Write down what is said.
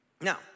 Now